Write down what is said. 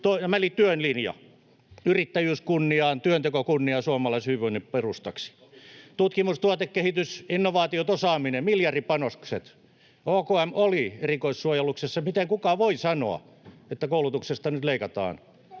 on työn linja: yrittäjyys kunniaan, työnteko kunniaan suomalaisen hyvinvoinnin perustaksi. Tutkimus, tuotekehitys, innovaatiot, osaaminen: miljardipanostukset. OKM oli erikoissuojeluksessa. Miten kukaan voi sanoa, että koulutuksesta nyt leikataan?